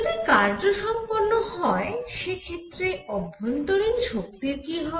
যদি কার্য সম্পন্ন হয় সে ক্ষেত্রে অভ্যন্তরীণ শক্তির কি হবে